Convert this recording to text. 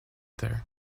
there